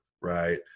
right